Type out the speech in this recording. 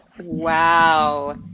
Wow